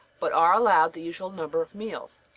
but are allowed the usual number of meals.